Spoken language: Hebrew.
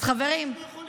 אז חברים, גם אנחנו יכולים?